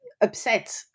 upset